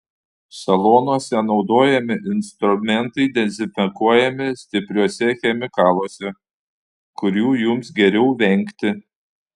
salonuose naudojami instrumentai dezinfekuojami stipriuose chemikaluose kurių jums geriau vengti